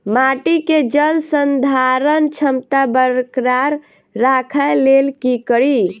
माटि केँ जलसंधारण क्षमता बरकरार राखै लेल की कड़ी?